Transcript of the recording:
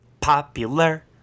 Popular